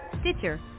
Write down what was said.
Stitcher